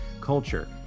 culture